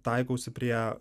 taikausi prie